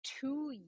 two